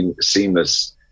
seamless